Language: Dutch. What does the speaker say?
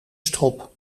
strop